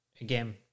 again